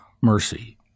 mercy